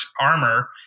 armor